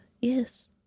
yes